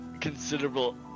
considerable